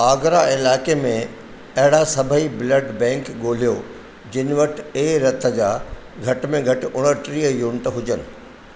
आगरा इलाइक़े में अहिड़ा सभई ब्लड बैंक ॻोल्हियो जिनि वटि ए रत जा घटि में घटि उणटीह यूनिट हुजनि